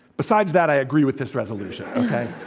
besides that, i agree with this resolution, okay?